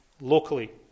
locally